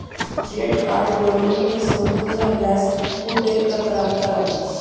Credit कार्डवरून फसवणूक झाल्यास कुठे तक्रार करावी?